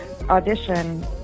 audition